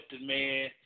man